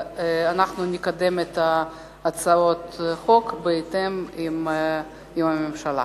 אנחנו נקדם את הצעות החוק בתיאום עם הממשלה.